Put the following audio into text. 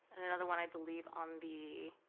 and another one i believe on the.